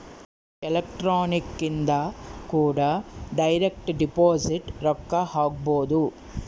electronic ಇಂದ ಕೂಡ direct deposit ರೊಕ್ಕ ಹಾಕ್ಬೊದು